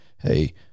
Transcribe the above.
hey